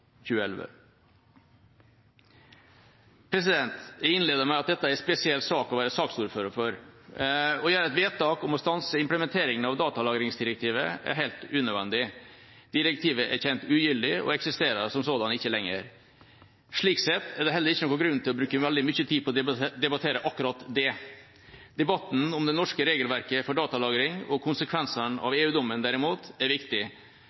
2011. Jeg innledet med at dette er en spesiell sak å være saksordfører for. Å gjøre et vedtak om å stanse implementering av datalagringsdirektivet er helt unødvendig. Direktivet er kjent ugyldig og eksisterer som sådan ikke lenger. Slik sett er det heller ikke noen grunn til å bruke veldig mye tid på å debattere akkurat det. Debatten om det norske regelverket for datalagring og konsekvensene av EU-dommen, derimot, er viktig,